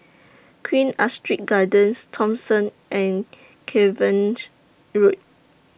Queen Astrid Gardens Thomson and Road